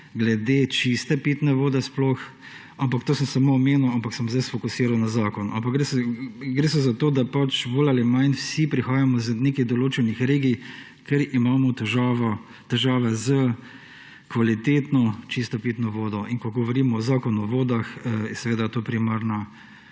glede čiste pitne vode sploh. To sem samo omenil, ampak se bom sedaj fokusiral na zakon, ampak gre za to, da bolj ali manj vsi prihajamo z nekih določenih regij, kjer imamo težave s kvalitetno čisto pitno vodo. In ko govorim o Zakonu o vodah, je to primarna